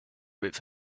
with